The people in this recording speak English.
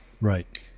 Right